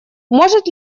может